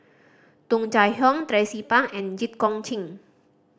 Tung Chye Hong Tracie Pang and Jit Koon Ch'ng